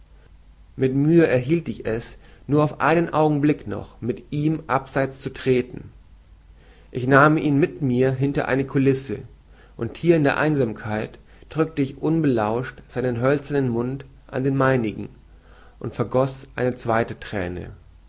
mit mühe erhielt ich es nur auf einen augenblick noch mit ihm abseits zu treten ich nahm ihn mit mir hinter eine koulisse und hier in der einsamkeit drückte ich unbelauscht seinen hölzernen mund an den meinigen und vergoß die zweite thräne